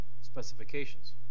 specifications